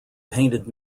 painted